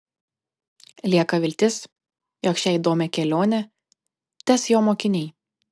lieka viltis jog šią įdomią kelionę tęs jo mokiniai